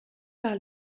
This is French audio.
par